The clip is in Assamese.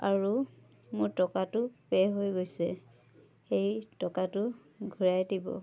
আৰু মোৰ টকাটো পে' হৈ গৈছে সেই টকাটো ঘূৰাই দিব